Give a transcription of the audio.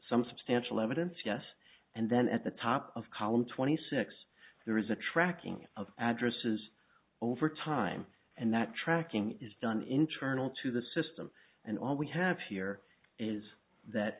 some substantial evidence yes and then at the top of column twenty six there is a tracking of addresses over time and that tracking is done internal to the system and all we have here is that